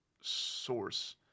source